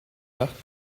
nach